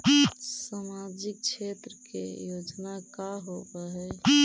सामाजिक क्षेत्र के योजना का होव हइ?